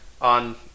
on